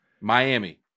Miami